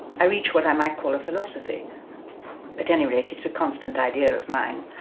i reach what um i call a philosophy at any rate, it's a constant idea of mine